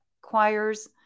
choirs